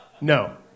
No